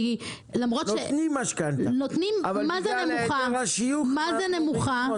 כי נותנים משכנתא מה זה נמוכה,